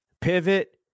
pivot